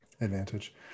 advantage